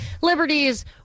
liberties